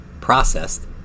processed